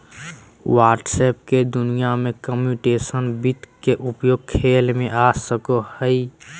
व्हवसाय के दुनिया में कंप्यूटेशनल वित्त के उपयोग खेल में आ सको हइ